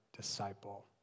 disciple